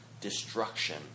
destruction